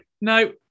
no